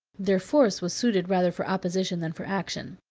their force was suited rather for opposition than for action.